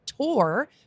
tour